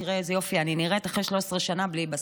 תראה איזה יופי אני נראית אחרי 13 שנה בלי בשר.